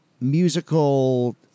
musical